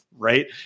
right